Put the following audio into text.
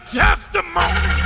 testimony